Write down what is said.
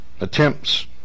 Attempts